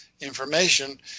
information